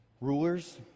Rulers